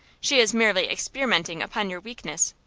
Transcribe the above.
she is merely experimenting upon your weakness.